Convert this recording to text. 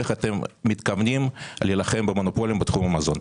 איך אתם מתכוונים להילחם במונופולים בתחום המזון?